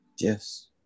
Yes